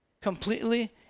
completely